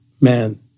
man